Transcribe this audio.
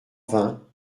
vingt